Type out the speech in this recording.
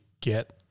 get